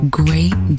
great